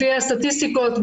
לפי הסטטיסטיקות,